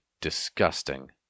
disgusting